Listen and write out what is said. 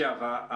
תודה רבה.